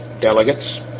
delegates